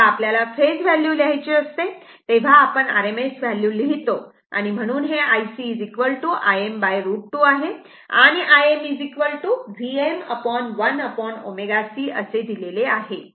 जेव्हा आपल्याला phase value लिहायची असते तेव्हा आपण RMS व्हॅल्यू लिहीतो म्हणून हे IC Im√ 2 आहे आणि Im Vm1ω C असे दिलेले आहे